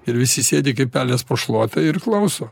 ir visi sėdi kaip pelės po šluota ir klauso